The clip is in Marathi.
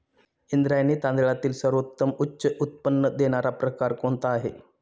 इंद्रायणी तांदळातील सर्वोत्तम उच्च उत्पन्न देणारा प्रकार कोणता आहे?